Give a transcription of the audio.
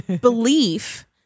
belief